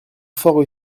fort